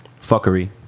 Fuckery